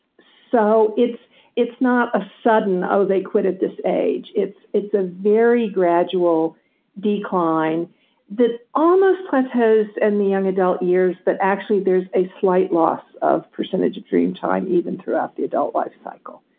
so it's it's not a sudden, oh, they quit at this age. it's it's a very gradual decline that almost plateaus in and the young adult years but actually there's a slight loss of percentage of dream time even throughout the adult life cycle.